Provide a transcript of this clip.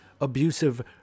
abusive